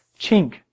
chink